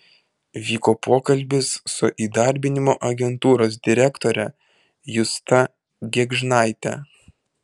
vyko pokalbis su įdarbinimo agentūros direktore justa gėgžnaite